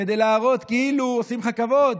כדי להראות כאילו עושים לך כבוד